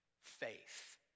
faith